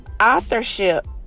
Authorship